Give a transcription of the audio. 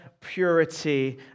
purity